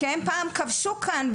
שפעם כבשו כאן,